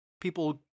people